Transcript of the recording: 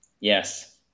Yes